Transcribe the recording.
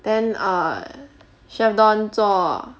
then err chef don 做